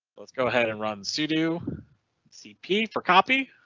let's go ahead and run sudo cp for copy.